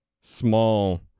small